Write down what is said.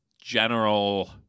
general